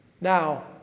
Now